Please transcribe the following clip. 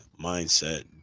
mindset